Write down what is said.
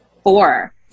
four